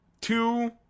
two